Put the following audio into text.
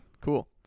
Cool